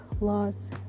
laws